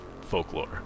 folklore